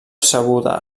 sabuda